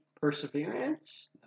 perseverance